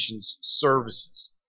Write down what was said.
services